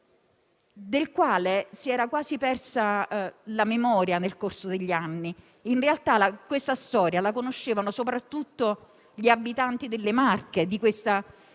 del quale si era quasi persa la memoria nel corso degli anni. In realtà, questa storia la conoscevano soprattutto gli abitanti delle Marche, del piccolo